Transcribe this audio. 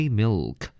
milk